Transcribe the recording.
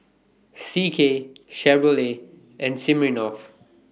C K Chevrolet and Smirnoff